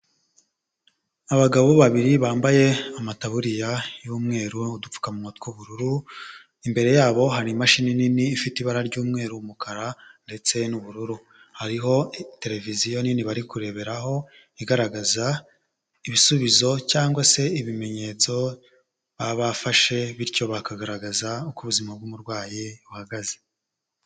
Abagabo babiri bambaye amataburiya y'umweru udupfukamunwa tw'ubururu imbere yabo hari imashini nini ifite ibara ry'umweru, umukara ndetse n'ubururu hariho televiziyo nini bari kureberaho igaragaza ibisubizo cyangwa se ibimenyetso baba bafashe, bityo bakagaragaza uko ubuzima bw'umurwayi buhagaze.